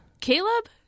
Caleb